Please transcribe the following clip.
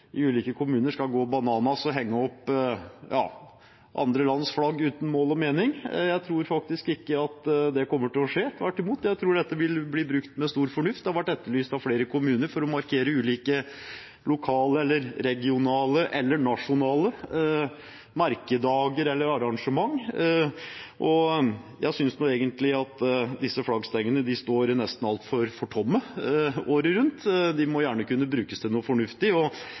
mening. Jeg tror faktisk ikke at det kommer til å skje. Tvert imot tror jeg dette vil bli brukt med stor fornuft. Det har vært etterlyst av flere kommuner for å markere ulike lokale, regionale eller nasjonale merkedager eller arrangement, og jeg synes egentlig disse flaggstengene står tomme nesten året rundt. De må gjerne kunne brukes til noe fornuftig. Vi stoler på at lokaldemokratiet og